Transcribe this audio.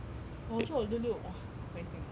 !wah! actually 我的六六 !wah! 好开心 orh